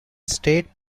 straight